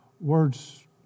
words